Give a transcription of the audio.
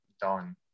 done